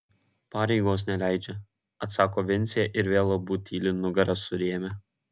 pareigos neleidžia atsako vincė ir vėl abu tyli nugaras surėmę